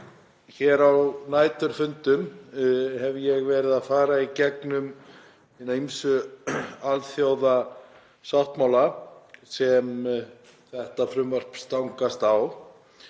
hér á næturfundum hef ég verið að fara í gegnum hina ýmsu alþjóðasáttmála sem þetta frumvarp stangast á